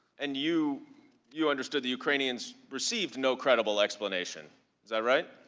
and you you understood the ukrainians received no credible explanation is that right?